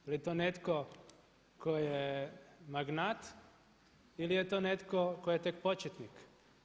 Da li je to netko tko je magnat ili je to netko tko je tek početnik?